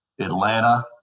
Atlanta